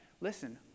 listen